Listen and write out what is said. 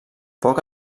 poc